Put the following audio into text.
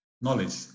knowledge